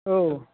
औ